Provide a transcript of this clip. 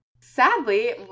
sadly